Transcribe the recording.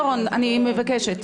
דורון, אני מבקשת,